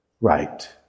right